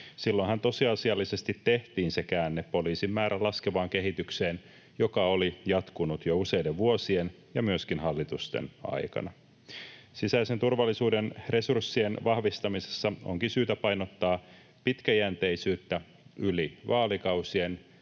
Silloinhan tosiasiallisesti tehtiin se käänne poliisien määrän laskevaan kehitykseen, joka oli jatkunut jo useiden vuosien ja myöskin hallitusten aikana. Sisäisen turvallisuuden resurssien vahvistamisessa onkin syytä painottaa pitkäjänteisyyttä yli vaalikausien,